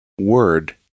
word